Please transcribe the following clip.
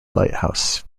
lighthouse